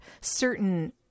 certain